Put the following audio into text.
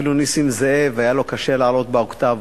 אפילו נסים זאב היה לו קשה לעלות באוקטבות,